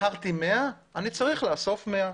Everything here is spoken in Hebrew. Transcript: מכרתי 100, אני צריך לאסוף 100 צמיגים.